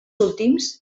últims